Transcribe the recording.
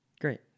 Great